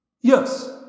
Yes